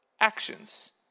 actions